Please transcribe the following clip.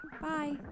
Bye